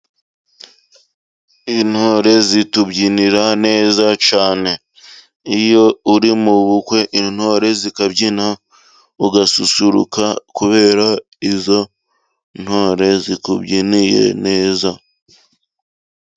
Imtore zitubyinira neza cyane, iyo uri mu bukwe intore zikabyina urasusuruka kuberako izo ntore zikubyiniye neza.